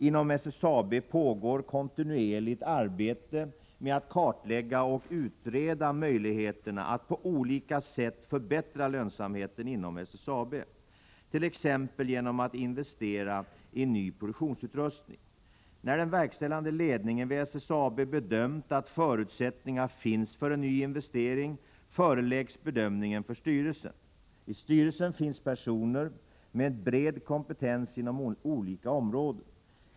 Inom SSAB pågår kontinuerligt arbete med att kartlägga och utreda möjligheterna att på olika sätt förbättra lönsamheten inom SSAB, t.ex. genom att investera i ny produktionsutrustning. När den verkställande ledningen vid SSAB bedömt att förutsättningar finns för en investering, föreläggs bedömningen för styrelsen. I styrelsen finns personer med bred kompetens inom olika områden.